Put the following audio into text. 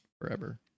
forever